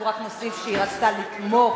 אנחנו רק נוסיף שהיא רצתה לתמוך,